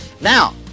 Now